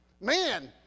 man